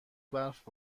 برف